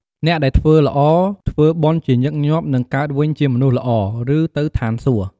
អ្នកដែលធ្វើល្អធ្វើបុណ្យជាញឹកញាប់ នឹងកើតវិញជាមនុស្សល្អ ឬទៅឋានសួគ៍។